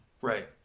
Right